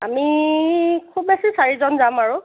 আমি খুব বেছি চাৰিজন যাম আৰু